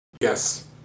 Yes